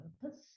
purpose